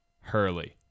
Hurley